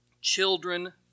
Children